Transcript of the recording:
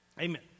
Amen